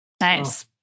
nice